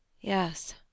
Yes